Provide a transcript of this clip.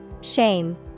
Shame